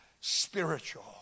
spiritual